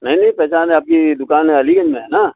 نہیں نہیں پہچان رہے ہیں آپ کی دکان ہے علی گنج میں ہے نا